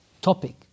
topic